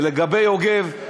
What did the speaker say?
לגבי יוגב,